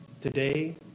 today